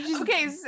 Okay